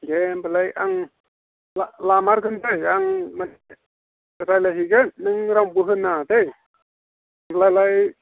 दे होमब्लालाय आं लामारगोन दै आं रायज्लायहैगोन नों रावनोबो होनाङा दै होमब्लालाय